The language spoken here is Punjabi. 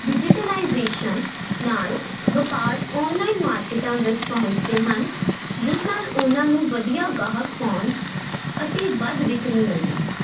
ਡਿਜੀਟਲਾਈਜ਼ੇਸ਼ਨ ਨਾਲ ਵਪਾਰ ਔਨਲਾਈਨ ਮਾਰਕੀਟਾਂ ਵਿੱਚ ਪਹੁੰਚਦੇ ਹਨ ਜਿਸ ਨਾਲ ਉਨ੍ਹਾਂ ਨੂੰ ਵਧੀਆ ਗਾਹਕ ਪਾਉਣ 'ਚ ਅਤੇ ਵੱਧ ਵਿਕਰੀ ਮਿਲਦੀ ਹੈ